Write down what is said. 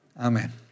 Amen